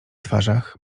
twarzach